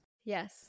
Yes